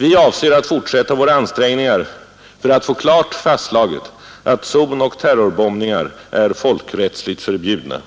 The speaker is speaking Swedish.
Vi avser att fortsätta våra ansträngningar för att få klart fastslaget att zonoch terrorbombningar är folkrättsligt förbjudna.